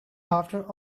after